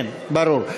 כן, ברור.